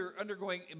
undergoing